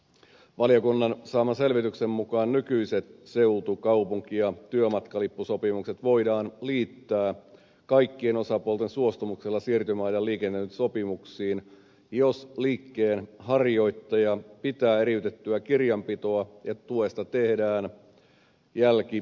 valiokunnan saaman selvityksen mukaan nykyiset seutu kaupunki ja työmatkalippusopimukset voidaan liittää kaikkien osapuolten suostumuksella siirtymäajan liikennöintisopimuksiin jos liikkeenharjoittaja pitää eriytettyä kirjanpitoa ja tuesta tehdään jälkilaskelma